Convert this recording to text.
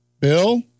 Bill